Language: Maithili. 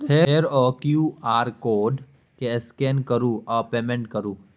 फेर ओ क्यु.आर कोड केँ स्कैन करु आ पेमेंट करु